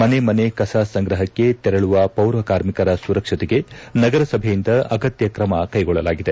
ಮನೆ ಮನೆ ಕಸ ಸಂಗ್ರಹಕ್ಕೆ ತೆರಳುವ ಪೌರ ಕಾರ್ಮಿಕರ ಸುರಕ್ಷತೆಗೆ ನಗರಸಭೆಯಿಂದ ಅಗತ್ಯ ಕ್ರಮ ಕೈಗೊಳ್ಳಲಾಗಿದೆ